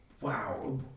wow